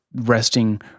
resting